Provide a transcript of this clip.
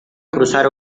cruzar